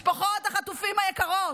משפחות החטופים היקרות,